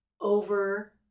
over